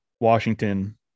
Washington